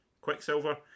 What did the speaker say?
Quicksilver